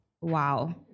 wow